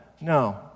no